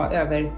över